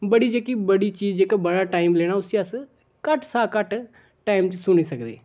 बड़ी जेह्की बड़ी चीज इक बड़ा टैम लैना उसी अस घट्ट सा घट्ट टैम च सुनी सकदे